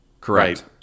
Correct